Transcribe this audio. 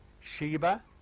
Sheba